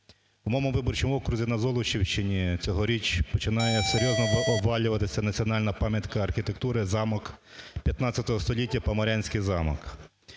У моєму виборчому окрузі на Золочівщині цього річ починає серйозно обвалюватися національна пам'ятка архітектури – замок ХV століття, Поморянський замок.